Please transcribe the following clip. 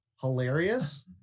hilarious